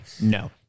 no